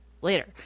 later